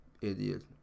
Idiot